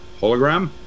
hologram